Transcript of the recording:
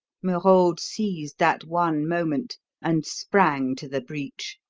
merode seized that one moment and sprang to the breach.